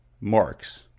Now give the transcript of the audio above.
marks